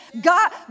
God